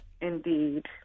Indeed